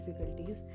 difficulties